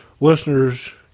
listeners